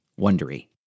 Wondery